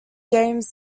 games